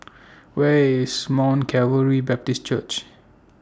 Where IS Mount Calvary Baptist Church